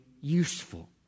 useful